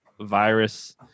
virus